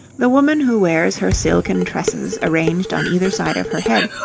the woman who wears her silken tresses arranged on either side of her head,